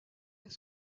est